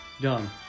done